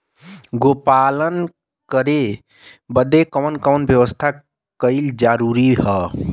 गोपालन करे बदे कवन कवन व्यवस्था कइल जरूरी ह?